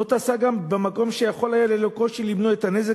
זאת עשה גם במקום שיכול היה ללא קושי למנוע את הנזק